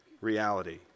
reality